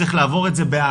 צריך לעבור את זה באהבה,